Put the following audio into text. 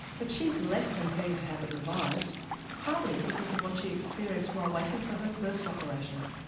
but she's less than keen to have it revised partly because of what she experienced while waiting for her first operation.